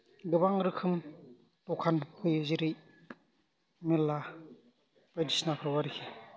गोबां रोखोम दखान होयो जेरै मेल्ला बायदिसिनाफोराव आरोखि